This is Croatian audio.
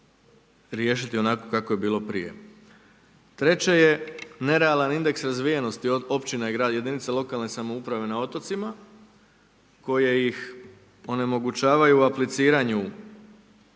riješiti onako kako je bilo prije. Treće je, nerealan indeks razvijenosti, općine, grad, jedinice lokalne samouprave na otocima, koje ih onemogućavaju u apliciranju